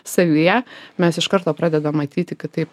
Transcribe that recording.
savyje mes iš karto pradedam matyti kad tai